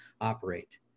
operate